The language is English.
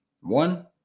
One